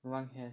no one cares